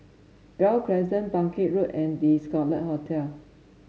Gul Crescent Bangkit Road and The Scarlet Hotel